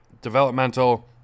Developmental